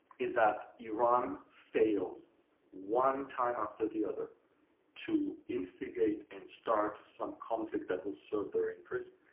is that iran fails one time after the other to instigate and start some conflict that will serve their interests.